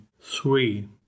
three